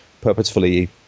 purposefully